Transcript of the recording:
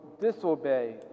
disobey